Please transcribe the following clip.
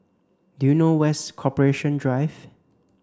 do you know where's Corporation Drive